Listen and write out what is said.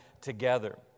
together